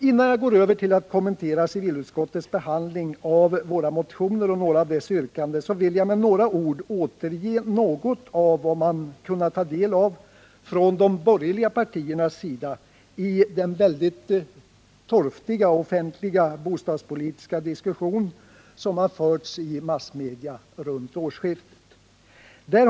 Innan jag går över till att kommentera civilutskottets behandling av våra motioner och någrå av yrkandena, vill jag återge något av vad de borgerliga partierna presterade i den väldigt torftiga offentliga bostadspolitiska diskussion som vid årsskiftet fördes i massmedia.